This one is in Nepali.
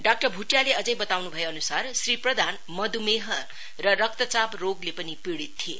डाक्टर भुटियाले अझै बताउनु भएअनुसार श्री प्रधान मधुमेह र रक्तचाप रोगले पनि पिड़ित थिए